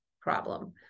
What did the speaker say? problem